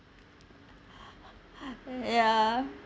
ya